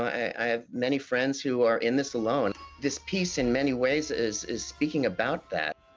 i have many friends who are in this alone. this piece in many ways is is speaking about that.